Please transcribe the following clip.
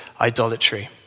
idolatry